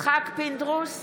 יצחק פינדרוס,